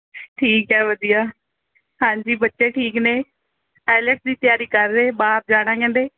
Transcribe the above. ਠੀਕ ਹੈ ਵਧੀਆ ਹਾਂਜੀ ਬੱਚੇ ਠੀਕ ਨੇ ਆਈਲੈਟਸ ਦੀ ਤਿਆਰੀ ਕਰ ਰਹੇ ਬਾਹਰ ਜਾਣਾ ਕਹਿੰਦੇ